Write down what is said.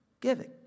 giving